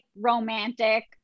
romantic